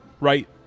Right